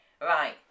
right